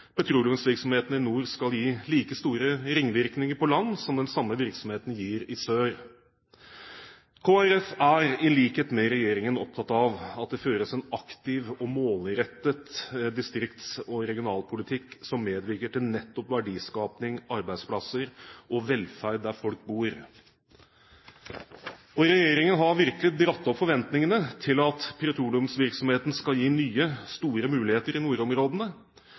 petroleumsvirksomheten i nord skal gi like store ringvirkninger på land som den samme virksomheten gir i sør. Kristelig Folkeparti er i likhet med regjeringen opptatt av at det føres en aktiv og målrettet distrikts- og regionalpolitikk som medvirker til nettopp verdiskaping, arbeidsplasser og velferd der folk bor. Regjeringen har virkelig dratt opp forventningene til at petroleumsvirksomheten skal gi nye, store muligheter i nordområdene.